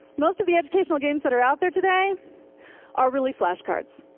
most of the educational games that are out there today are really flashcards.